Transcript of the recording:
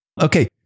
okay